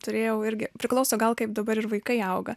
turėjau irgi priklauso gal kaip dabar ir vaikai auga